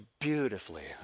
beautifully